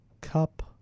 Cup